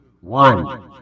one